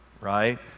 right